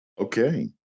Okay